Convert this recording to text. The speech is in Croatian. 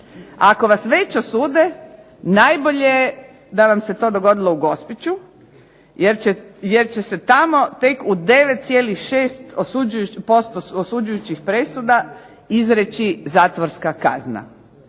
ako vas već osude najbolje da vam se to dogodilo u Gospiću, jer će se tamo tek u 9,6% osuđujućih presuda izreći zatvorska kazna.